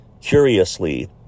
Curiously